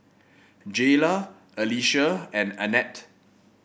Jayla Alysia and Annette